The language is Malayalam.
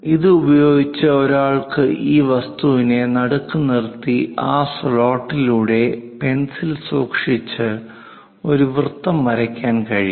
ഇത് ഉപയോഗിച്ച് ഒരാൾക്ക് ഈ വസ്തുവിനെ നടുക്ക് നിർത്തി ആ സ്ലോട്ടിലൂടെ പെൻസിൽ സൂക്ഷിച്ച് ഒരു വൃത്തം വരയ്ക്കാൻ കഴിയും